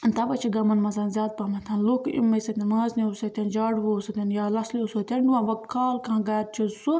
تَؤے چھِ گامَن مَنٛز زیادٕ پَہم لوٗکھ یِموٕے سۭتۍ مازنیٚو سۭتۍ جاڈوَو سۭتۍ یا لژھلیٛو سۭتۍ وۄنۍ کھال کانٛہہ گھرٕ چھُ سُہ